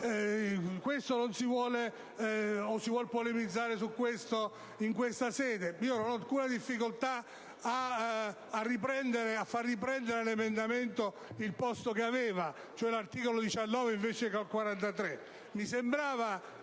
Se si vuole polemizzare su questo punto e in questa sede, io non ho alcuna difficoltà a far riprendere all'emendamento il posto che aveva, cioè all'articolo 19 invece che